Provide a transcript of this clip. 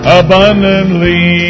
abundantly